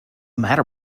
matter